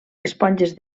esponges